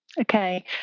Okay